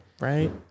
Right